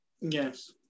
Yes